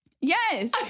Yes